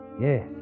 Yes